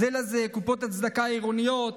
"זה לזה"; קופות הצדקה העירוניות,